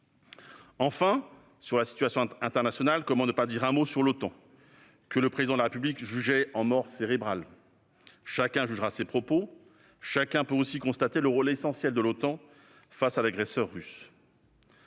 Enfin, sur la situation internationale, comment ne pas dire un mot de l'Otan, que le Président de la République estimait être en « mort cérébrale »? Chacun jugera ces propos. Chacun peut aussi constater le rôle essentiel de l'Otan face à l'agresseur russe.